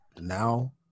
now